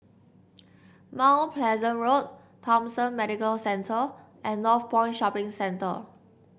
Mount Pleasant Road Thomson Medical Centre and Northpoint Shopping Centre